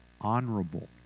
honorable